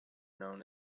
known